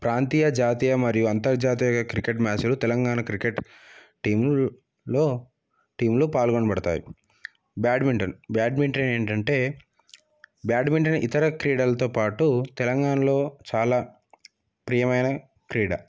ప్రాంతీయ జాతీయ మరియు అంతర్జాతీయంగా క్రికెట్ మ్యాచ్లు తెలంగాణ క్రికెట్ టీంలో టీంలో పాల్గొనబడతాయి బ్యాడ్మింటన్ బ్యాడ్మింటన్ ఏమిటి అంటే బ్యాడ్మింటన్ ఇతర క్రీడలతో పాటు తెలంగాణలో చాలా ప్రియమైన క్రీడ